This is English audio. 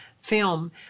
film